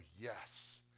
yes